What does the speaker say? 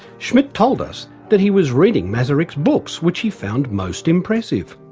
schmidt told us that he was reading masaryk's books which he found most impressive.